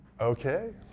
Okay